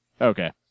Okay